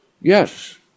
Yes